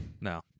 No